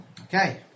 Okay